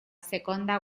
seconda